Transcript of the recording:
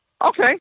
Okay